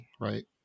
right